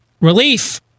relief